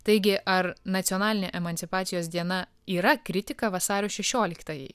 taigi ar nacionalinė emancipacijos diena yra kritika vasario šešioliktajai